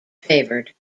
favored